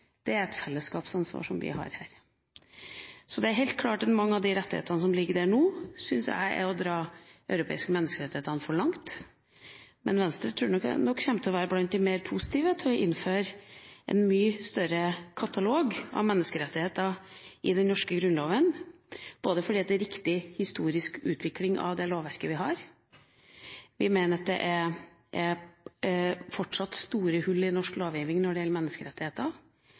hodet, er et fellesskapsansvar. Så mange av de rettighetene som ligger der nå, syns jeg er å dra de europeiske menneskerettighetene for langt. Jeg tror likevel at Venstre kommer til å være blant de mer positive til å innføre en mye større katalog av menneskerettigheter i den norske grunnloven, fordi det er en riktig historisk utvikling av det lovverket vi har. Vi mener at det fortsatt er store hull i norsk lovgivning når det gjelder menneskerettigheter,